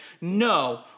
no